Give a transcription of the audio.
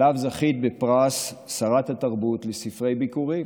וזכית עליו בפרס שרת התרבות לספרי ביכורים.